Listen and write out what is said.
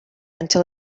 until